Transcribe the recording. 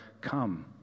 come